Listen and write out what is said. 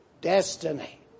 destiny